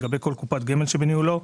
לגבי כל קופת גמל שבניהולו,